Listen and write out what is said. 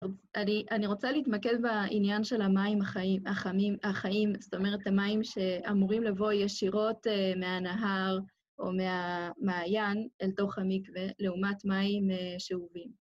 אז אני רוצה להתמקד בעניין של המים החיים, זאת אומרת המים שאמורים לבוא ישירות מהנהר או מהמעיין אל תוך עמיק ולעומת מים שאובים.